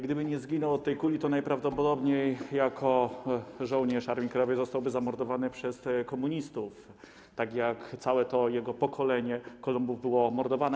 Gdyby nie zginął od tej kuli, to najprawdopodobniej jako żołnierz Armii Krajowej zostałby zamordowany przez komunistów, tak jak całe jego pokolenie Kolumbów było mordowane.